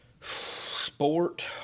Sport